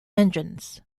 engines